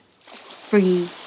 free